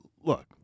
look